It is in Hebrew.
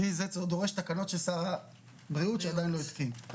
כי זה דורש תקנות של שר הבריאות שעדיין לא התקין.